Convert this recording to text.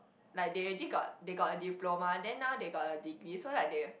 like they already got they got a diploma then now they got a degree so like they